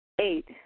Eight